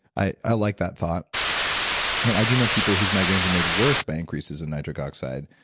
i i like that thought and i do know people whose migraines are made worse by increases in nitric oxide,